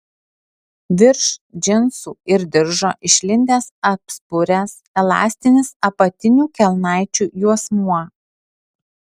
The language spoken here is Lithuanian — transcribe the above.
virš džinsų ir diržo išlindęs apspuręs elastinis apatinių kelnaičių juosmuo